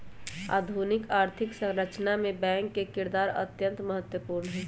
आधुनिक आर्थिक संरचना मे बैंक के किरदार अत्यंत महत्वपूर्ण हई